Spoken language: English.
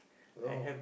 oh